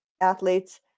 athletes